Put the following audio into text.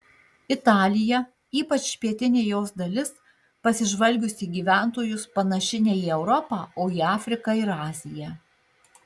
italija ypač pietinė jos dalis pasižvalgius į gyventojus panaši ne į europą o į afriką ir aziją